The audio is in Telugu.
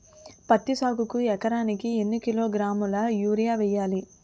పత్తి సాగుకు ఎకరానికి ఎన్నికిలోగ్రాములా యూరియా వెయ్యాలి?